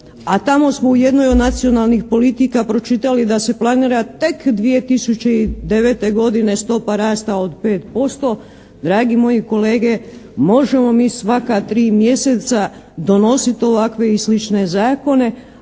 a tamo smo u jednoj od nacionalnih politika pročitali da se planira tek 2009. godine stopa rasta od 5% dragi moji kolege možemo mi svaka tri mjeseca donositi ovakve i slične zakone,